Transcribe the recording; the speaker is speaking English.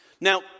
Now